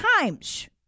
times